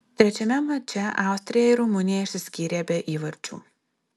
trečiame mače austrija ir rumunija išsiskyrė be įvarčių